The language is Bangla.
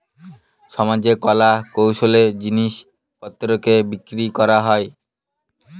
সমাজে কলা কৌশলের জিনিস পত্রকে বিক্রি করা হয়